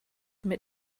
mit